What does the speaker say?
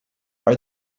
are